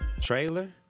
trailer